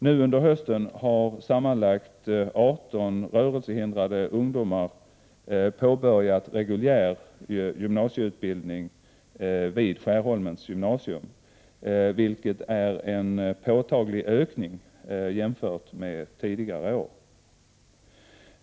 Nu under hösten har sammanlagt 18 rörelsehindrade ungdomar påbörjat reguljär gymnasieutbildning vid Skärholmens gymnasium, vilket är en påtaglig ökning jämfört med tidigare år.